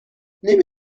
نمی